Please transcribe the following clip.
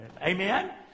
Amen